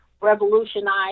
revolutionize